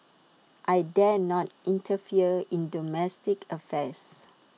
I dare not interfere in the domestic affairs